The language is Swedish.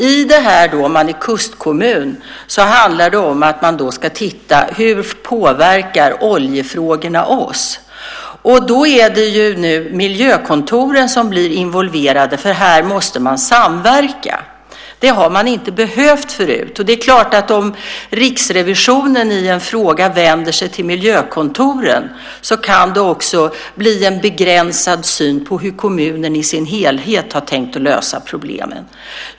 För kustkommuner handlar det om att man ska titta på hur oljefrågorna påverkar dem. Då är det nu miljökontoren som blir involverade, för här måste man samverka. Det har man inte behövt förut. Det är klart att om Riksrevisionen i en fråga vänder sig till miljökontoren så kan det också bli en begränsad syn på hur kommunen i sin helhet har tänkt lösa problemen.